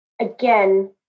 again